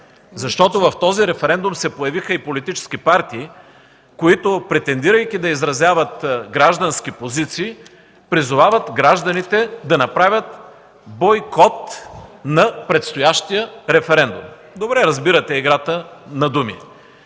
Защото в този референдум се появиха и политически партии, които, претендирайки да изразяват граждански позиции, призовават гражданите да направят бойкот на предстоящия референдум. Добре разбирате играта на думи.